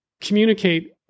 communicate